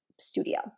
studio